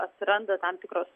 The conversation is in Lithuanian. atsiranda tam tikros